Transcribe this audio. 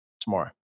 tomorrow